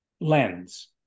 lens